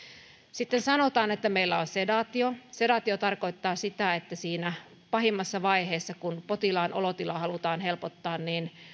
sitten sanotaan että meillä on sedaatio sedaatio tarkoittaa sitä että siinä pahimmassa vaiheessa kun potilaan olotilaa halutaan helpottaa